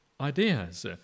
ideas